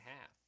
half